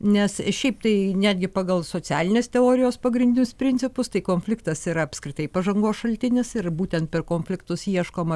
nes šiaip tai netgi pagal socialinės teorijos pagrindinius principus tai konfliktas yra apskritai pažangos šaltinis ir būtent per konfliktus ieškoma